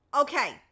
Okay